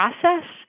process